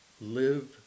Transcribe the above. Live